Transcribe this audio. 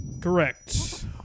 Correct